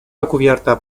recubierta